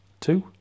Two